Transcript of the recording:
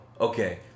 Okay